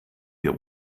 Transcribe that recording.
wir